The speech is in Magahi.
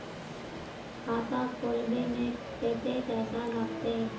खाता खोलबे में कते पैसा लगते?